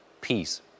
peace